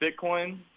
Bitcoin